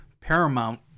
Paramount